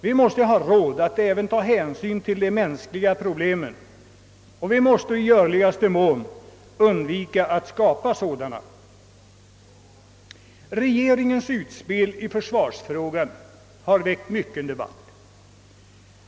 Vi måste ha råd att även beakta de mänskliga problemen, och vi måste i görligaste mån undvika att skapa sådana. Regeringens utspel i försvarsfrågan har väckt mycken debatt.